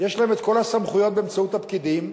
יש להם כל הסמכויות, באמצעות הפקידים,